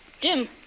Jim